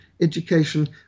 education